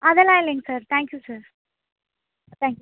அதெல்லாம் இல்லைங்க sir thank you sir thank you